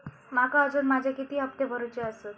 माका अजून माझे किती हप्ते भरूचे आसत?